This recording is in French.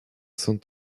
sont